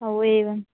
ओ एवम्